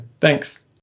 Thanks